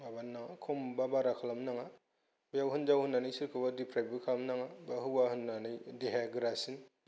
माबानो नाङा खम बा बारा खालामनो नाङा बेव हिनजाव होननानै सोरखौबा दिक्राइब बो खालामनाङा बा हौवा होननानै सोरखौबा देहाया गोरासिन बा बांसिन